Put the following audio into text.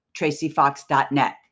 TracyFox.net